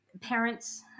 parents